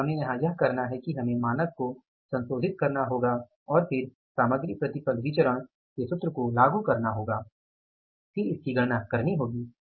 इसलिए हमें यहां यह करना है कि हमें मानक को संशोधित करना होगा और फिर MYV सामग्री प्रतिफल विचरण के सूत्र को लागू करना होगा और फिर गणना करनी होगी